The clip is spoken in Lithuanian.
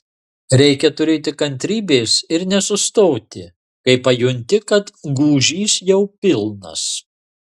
reikia turėti kantrybės ir nesustoti kai pajunti kad gūžys jau pilnas